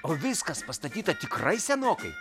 o viskas pastatyta tikrai senokai